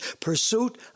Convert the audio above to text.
pursuit